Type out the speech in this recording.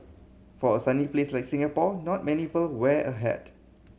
for a sunny place like Singapore not many people wear a hat